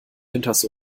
hinters